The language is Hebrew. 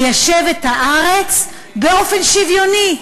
ליישב את הארץ באופן שוויוני.